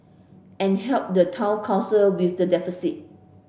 and help the town council with the deficit